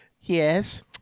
Yes